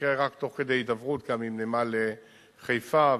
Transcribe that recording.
שתקרה רק תוך כדי הידברות גם עם נמל חיפה וכו'.